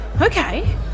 Okay